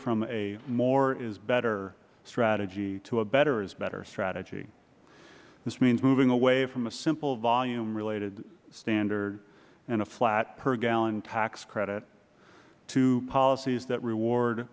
from a more is better strategy to a better is better strategy this means moving away from a simple volume related standard and the flat per gallon tax credit to policies that reward